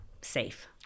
safe